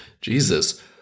Jesus